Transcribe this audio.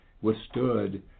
withstood